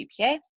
GPA